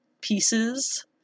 pieces